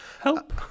Help